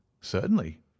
Certainly